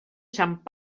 sant